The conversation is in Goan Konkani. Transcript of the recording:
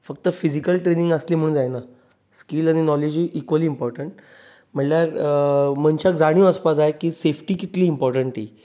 फकत फिजिकल ट्रेनींग आसली म्हूण जायना स्कील आनी नौलेजूय इक्युली इम्पॉर्टंट म्हणल्यार मनशाक जाणीव आसपाक जाय की सेफटी कितली इम्पॉर्टंट ती